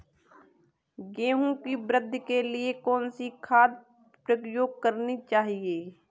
गेहूँ की वृद्धि के लिए कौनसी खाद प्रयोग करनी चाहिए?